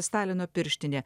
stalino pirštinė